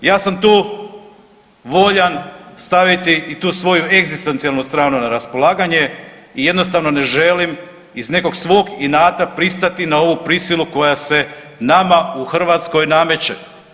Ja sam tu voljan staviti i tu svoju egzistencijalnu stranu na raspolaganje i jednostavno ne želim iz nekog svog inata pristati na ovu prisilu koja se nama u Hrvatskoj nameće.